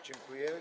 Dziękuję.